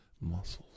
muscles